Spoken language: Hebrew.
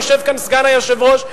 יושב כאן סגן היושב-ראש,